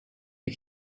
you